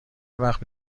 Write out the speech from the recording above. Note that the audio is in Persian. وقت